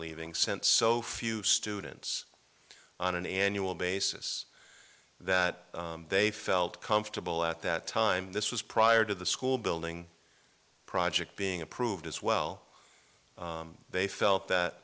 leaving sent so few students on an annual basis that they felt comfortable at that time this was prior to the school building project being approved as well they felt that